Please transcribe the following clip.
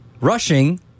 rushing